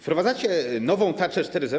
Wprowadzacie nową tarczę 4.0.